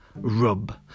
rub